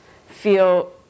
feel